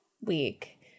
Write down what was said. week